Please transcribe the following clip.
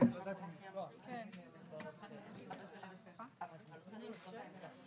ננעלה בשעה 10:47.